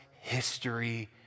history